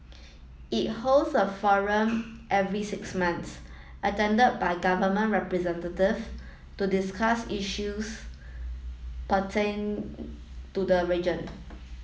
it holds a forum every six months attended by government representative to discuss issues putting to the region